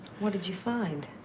what did you find?